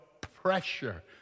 pressure